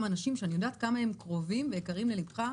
אנשים שאני יודעת עד כמה הם קרובים ויקרים ללבך.